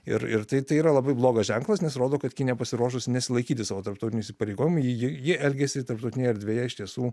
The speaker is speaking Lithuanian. ir ir tai yra labai blogas ženklas nes rodo kad kinija pasiruošusi nesilaikyti savo tarptautinių įsipareigojimų ji ji elgiasi tarptautinėje erdvėje iš tiesų